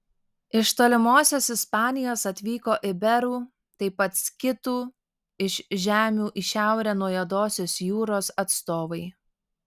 iš tolimosios ispanijos atvyko iberų taip pat skitų iš žemių į šiaurę nuo juodosios jūros atstovai